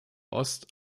ost